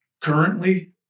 currently